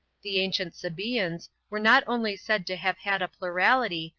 the ancient sabaeans are not only said to have had a plurality,